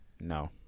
No